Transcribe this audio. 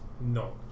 no